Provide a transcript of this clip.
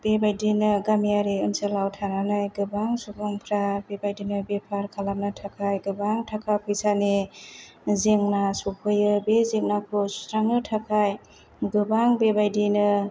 बेबादिनो गामियारि ओनसोलाव थानानै गोबां सुबुंफ्रा बेबादिनो बेफार खालामनो थाखाय गोबां थाखा फैसानि जेंना सफैयो बे जेंनाखौ सुस्रांनो थाखाय गोबां बेबायदिनो